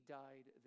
died